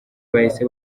bahise